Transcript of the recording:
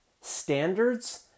standards